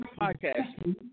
podcast